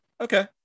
Okay